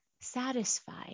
satisfied